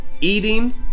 Eating